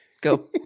go